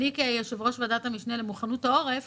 כיושבת ראש ועדת המשנה למוכנות העורף